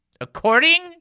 According